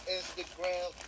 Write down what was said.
Instagram